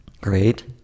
great